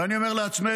ואני אומר לעצמנו: